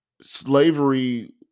slavery